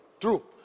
true